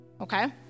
Okay